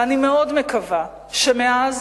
ואני מאוד מקווה שמעז